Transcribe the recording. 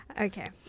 Okay